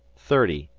thirty,